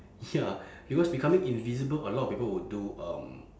ya because becoming invisible a lot of people would do um